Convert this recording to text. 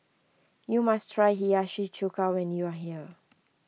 you must try Hiyashi Chuka when you are here